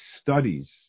studies